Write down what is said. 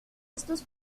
estos